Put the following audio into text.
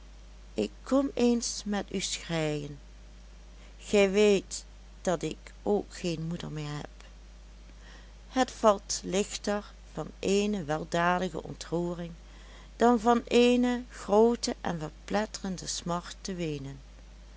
ik kom eens met u schreien gij weet dat ik ook geen moeder meer heb het valt lichter van eene weldadige ontroering dan van eene groote en verpletterende smart te weenen